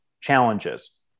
challenges